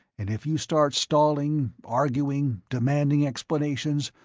and if you start stalling, arguing, demanding explanations,